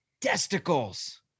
testicles